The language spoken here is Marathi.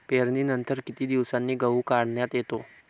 पेरणीनंतर किती दिवसांनी गहू काढण्यात येतो?